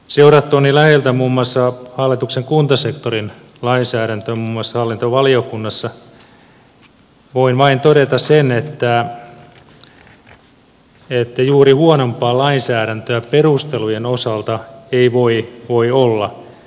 seurattuani läheltä hallituksen kuntasektorin lainsäädäntöä muun muassa hallintovaliokunnassa voin vain todeta sen että juuri huonompaa lainsäädäntöä perustelujen osalta ei voi olla